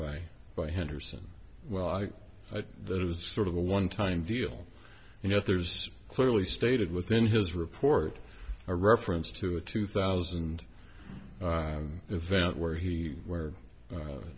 by by henderson well i i think that it was sort of a one time deal and yet there's clearly stated within his report a reference to a two thousand event where he where